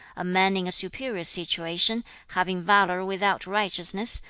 a man in a superior situation, having valour without righteousness,